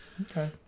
Okay